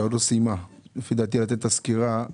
לדעתי היא לא סיימה לתת את הסקירה.